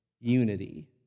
unity